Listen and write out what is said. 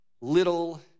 little